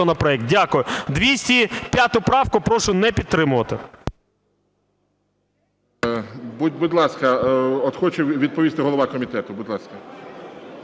Дякую. 205 правку прошу не підтримувати.